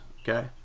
Okay